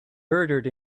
murdered